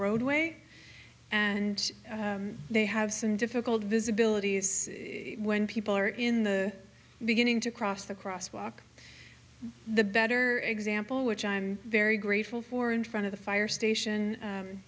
roadway and they have some difficult visibility when people are in the beginning to cross the crosswalk the better example which i'm very grateful for in front of the fire station